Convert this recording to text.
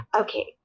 Okay